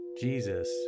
Jesus